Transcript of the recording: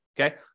okay